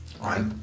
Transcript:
Right